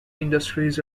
industries